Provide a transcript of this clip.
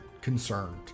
concerned